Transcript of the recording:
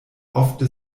ofte